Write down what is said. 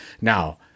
now